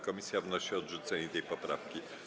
Komisja wnosi o odrzucenie tej poprawki.